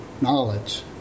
knowledge